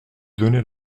donner